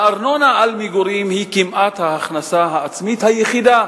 הארנונה על מגורים היא כמעט ההכנסה העצמית היחידה